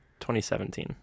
2017